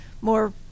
more